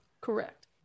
Correct